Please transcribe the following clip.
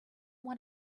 want